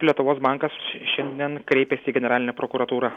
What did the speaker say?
lietuvos bankas šiandien kreipėsi į generalinę prokuratūrą